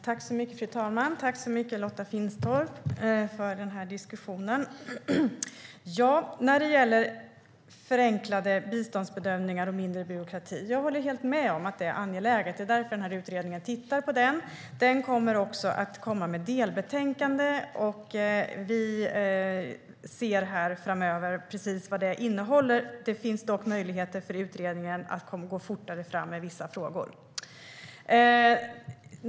Fru talman! Tack för diskussionen, Lotta Finstorp! Jag håller helt med om att det är angeläget med förenklade biståndsbedömningar och mindre byråkrati. Det är därför utredningen tittar på detta. Den kommer också att komma med ett delbetänkande, och framöver får vi se precis vad det innehåller. Det finns dock möjligheter för utredningen att gå fortare fram med vissa frågor.